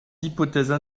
hypothèses